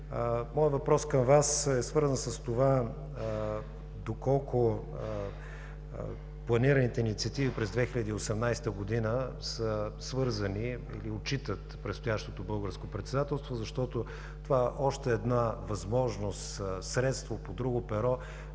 Моят въпрос към Вас е свързан с това: доколко планираните инициативи през 2018 г. са свързани или отчитат предстоящото българско председателство? Защото това е още една възможност и средство по друго перо